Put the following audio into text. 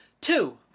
two